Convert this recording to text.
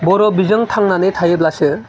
बर' बिजों थांनानै थायोब्लासो